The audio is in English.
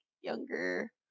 younger